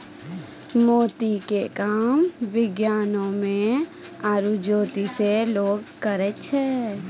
मोती के काम विज्ञानोॅ में आरो जोतिसें लोग करै छै